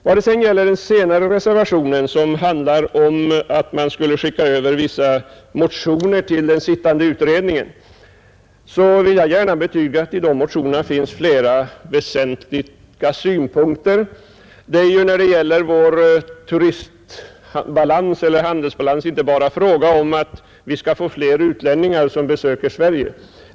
Vad sedan gäller den senare reservationen, vari begärs att vissa motioner överlämnas till den sittande utredningen, vill jag betyga att det i dessa motioner finns flera väsentliga synpunkter. När det gäller vår turistbalans är det inte bara fråga om att vi skall få flera utlänningar att besöka Sverige.